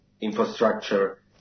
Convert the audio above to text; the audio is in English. infrastructure